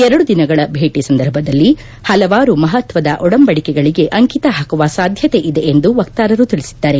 ಎರಡು ದಿನಗಳ ಭೇಟ ಸಂದರ್ಭದಲ್ಲಿ ಹಲವಾರು ಮಹತ್ತದ ಒಡಂಬಡಿಕೆಗಳಿಗೆ ಅಂಕಿತ ಹಾಕುವ ಸಾಧ್ಯತೆ ಇದೆ ಎಂದು ವಕ್ಷಾರರು ತಿಳಿಸಿದ್ದಾರೆ